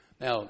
Now